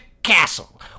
castle